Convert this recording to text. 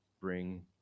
bring